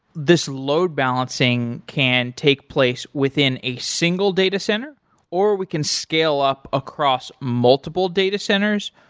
this load balancing can take place within a single data center or we can scale up across multiple data centers,